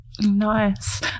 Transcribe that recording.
Nice